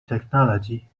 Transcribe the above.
technology